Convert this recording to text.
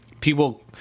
people